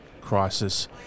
crisis